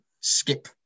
skip